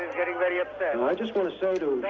getting very upset. i just want to say to